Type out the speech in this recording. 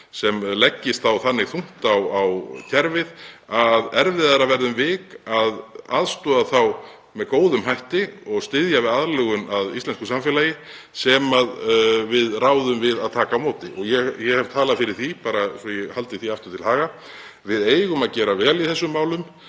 sem leggist þannig þungt á kerfið að erfiðara verði um vik að aðstoða þá með góðum hætti og styðja við aðlögun að íslensku samfélagi sem við ráðum við að taka á móti. Ég hef talað fyrir því, bara svo ég haldi því aftur til haga, að við eigum að gera vel í þessum málum